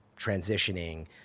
transitioning